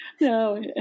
no